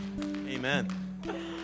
Amen